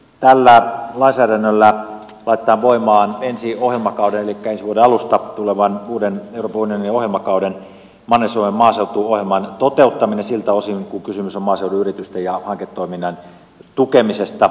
tällä lainsäädännöllä laitetaan voimaan ensi ohjelmakauden elikkä ensi vuoden alusta tulevan uuden euroopan unionin ohjelmakauden manner suomen maaseutuohjelman toteuttaminen siltä osin kuin kysymys on maaseudun yritysten ja hanketoiminnan tukemisesta